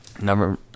Number